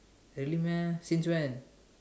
really meh since when